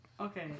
Okay